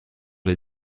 les